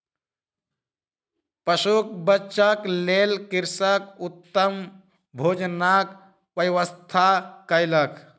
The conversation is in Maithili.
पशुक बच्चाक लेल कृषक उत्तम भोजनक व्यवस्था कयलक